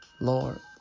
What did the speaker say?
Lord